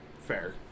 Fair